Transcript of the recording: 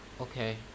okay